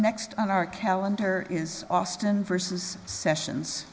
next on our calendar is austin versus sessions